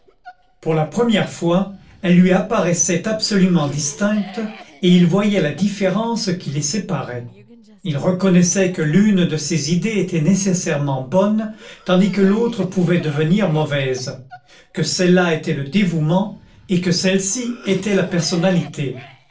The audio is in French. pour la première fois elles lui apparaissaient absolument distinctes et il voyait la différence qui les séparait il reconnaissait que l'une de ces idées était nécessairement bonne tandis que l'autre pouvait devenir mauvaise que celle-là était le dévouement et que celle-ci était la personnalité